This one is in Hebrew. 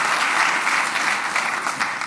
(מחיאות כפיים)